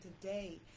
today